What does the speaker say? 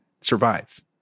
survive